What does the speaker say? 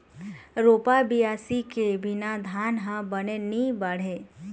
रोपा, बियासी के बिना धान ह बने नी बाढ़य